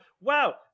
Wow